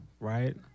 right